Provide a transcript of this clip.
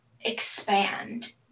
expand